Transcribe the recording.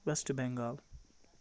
West Bengal